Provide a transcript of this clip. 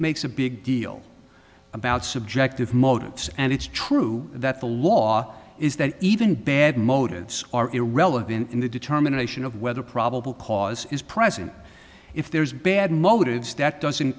makes a big deal about subjective motives and it's true that the law is that even bad motives are irrelevant in the determination of whether probable cause is present if there's bad motives that doesn't